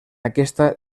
aquesta